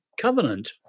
covenant